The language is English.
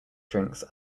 drinks